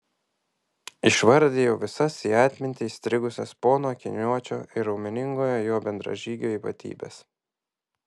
išvardijau visas į atmintį įstrigusias pono akiniuočio ir raumeningojo jo bendražygio ypatybes